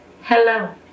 hello